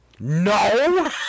No